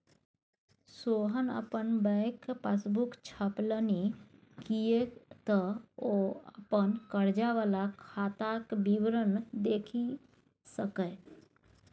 सोहन अपन bank passbook छपेलनि किएक तँ ओ अपन कर्जा वला खाताक विवरण देखि सकय